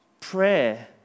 Prayer